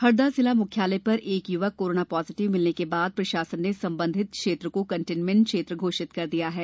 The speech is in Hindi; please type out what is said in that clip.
हरदा जिला मुख्यालय पर एक युवक कोरोना पॉजीटिव मिलने के बाद प्रशासन ने संबंधित क्षेत्र को केंटोनमेंट घोषित कर दिया है